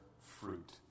fruit